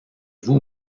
vous